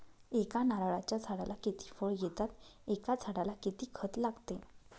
एका नारळाच्या झाडाला किती फळ येतात? एका झाडाला किती खत लागते?